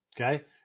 okay